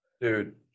dude